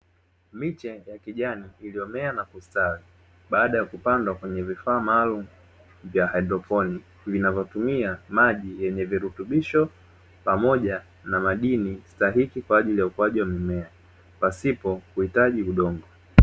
Miche ya kijani iliyomea na kustawi, baada ya kupanda kwenye vifaa maalum vya hydroponi, vinavyotumia maji yenye virutubisho pamoja na madini dhahifu kwa ajili ya ukuaji wa mimea pasipo kuhitaji udongo.